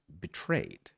betrayed